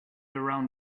around